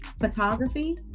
photography